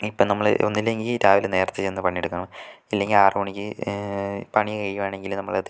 ഇപ്പം നമ്മള് ഒന്നൂല്ലങ്കിൽ രാവിലെ നേരത്തെ ചെന്ന് പണിയെടുക്കും ഇല്ലെങ്കിൽ ആറ് മണിക്ക് പണി കഴിയുവാണെങ്കില് നമ്മളത്